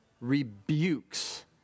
rebukes